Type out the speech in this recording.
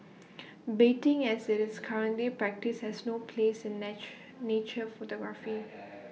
baiting as IT is currently practised has no place in natch nature photography